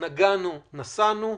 נגענו-נסענו.